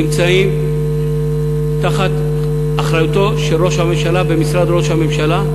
נמצא תחת אחריותו של ראש הממשלה במשרד ראש הממשלה.